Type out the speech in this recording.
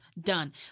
Done